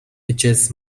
itches